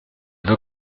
veux